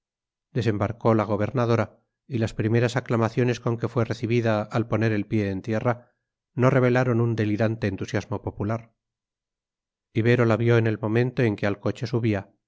desembarcó la gobernadora y las primeras aclamaciones con que fue recibida al poner el pie en tierra no revelaron un delirante entusiasmo popular ibero la vio en el momento en que al coche subía